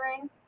ring